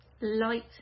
light